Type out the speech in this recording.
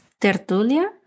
Tertulia